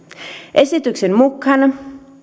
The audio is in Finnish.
esityksen mukaan